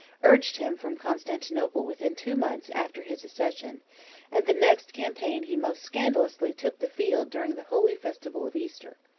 urged him from constantinople within two months after his accession and the next campaign he most scandalously took the field during the holy festival of easter.